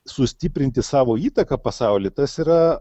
sustiprinti savo įtaką pasauly tas yra